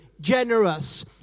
generous